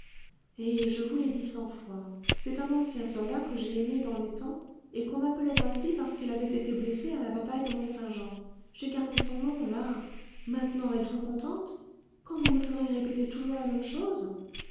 eh je vous l'ai dit cent fois c'est un ancien soldat que j'ai aimé dans les temps et qu'on appelait ainsi parce qu'il avait été blessé à la bataille de mont-saint-jean j'ai gardé son nom là maintenant êtes-vous contentes quand vous me ferez répéter toujours la même chose